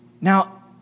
Now